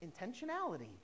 Intentionality